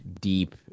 deep